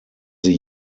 sie